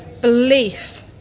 belief